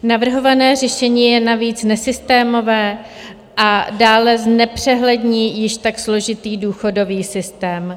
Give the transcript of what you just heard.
Navrhované řešení je navíc nesystémové a dále znepřehlední již tak složitý důchodový systém.